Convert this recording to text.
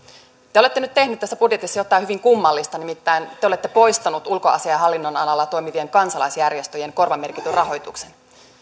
te te olette nyt tehneet tässä budjetissa jotain hyvin kummallista nimittäin te te olette poistaneet ulkoasiainhallinnon alalla toimivien kansalaisjärjestöjen korvamerkityn rahoituksen